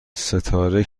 ستاره